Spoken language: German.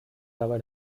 dabei